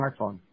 smartphone